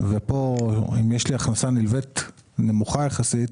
כאן אם יש לי הכנסה נלווית נמוכה יחסית,